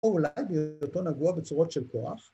‫או אולי בהיותו נגוע בצורות של כוח.